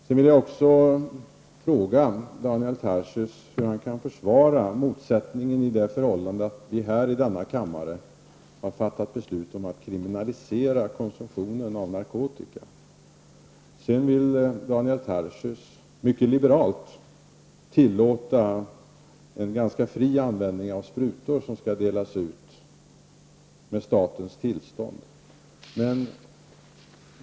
Jag vill också fråga Daniel Tarschys hur han kan försvara motsättningen i det förhållandet att vi här i denna kammare har fattat beslut om att kriminalisera konsumtionen av narkotika och att Daniel Tarschys -- mycket liberalt -- sedan vill tillåta en ganska fri användning av sprutor, som skall delas ut med statens tillstånd.